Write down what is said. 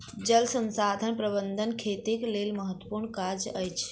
जल संसाधन प्रबंधन खेतीक लेल महत्त्वपूर्ण काज अछि